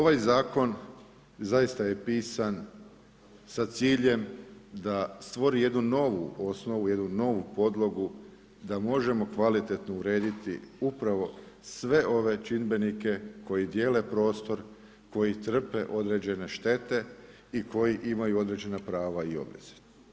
Ovaj zakon zaista je pisan sa ciljem da stvori jednu novu osnovu, jednu novu podlogu da možemo kvalitetno urediti upravo sve ove čimbenike koji dijele prostor, koji trpe određene štete i koji imaju određena prava i obveze.